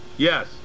Yes